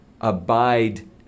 abide